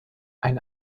ein